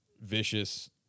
vicious